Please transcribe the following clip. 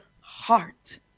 heart